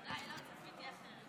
ודאי, לא ציפיתי אחרת.